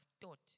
taught